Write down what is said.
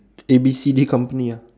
A B C D company ah